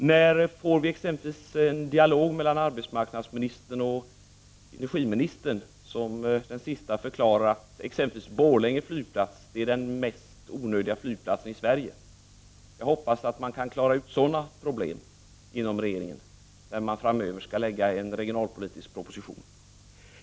När får vi t.ex. en dialog mellan arbetsmarknadsministern och energiministern? Den senare har ju bl.a. förklarat att Borlänge flygplats är den mest onödiga flygplatsen i Sverige. Jag hoppas att man kan klara ut sådana problem inom regeringen, när man framöver skall lägga fram en regionalpolitisk proposition.